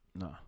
No